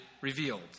revealed